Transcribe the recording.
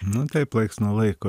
nu taip laiks nuo laiko